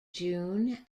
june